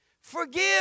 Forgive